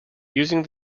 using